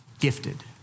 gifted